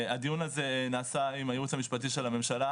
הדיון הזה נעשה עם הייעוץ המשפטי של הממשלה.